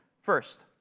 first